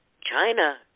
China